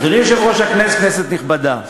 אדוני היושב-ראש, כנסת נכבדה,